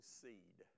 seed